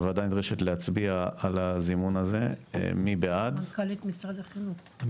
הוועדה נדרשת להצביע על הזימון הזה: הצבעה אושר